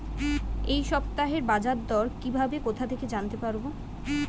এই সপ্তাহের বাজারদর কিভাবে কোথা থেকে জানতে পারবো?